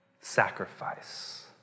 Sacrifice